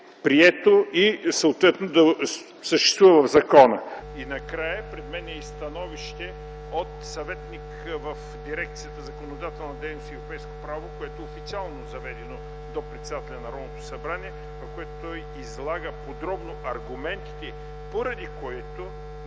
прието и съответно да съществува в закона. И накрая, пред мен е и становище от съветник в дирекция „Законодателна дейност и европейско право”, което е официално заведено до председателя на Народното събрание. В него той излага подробно аргументите, поради които